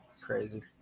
crazy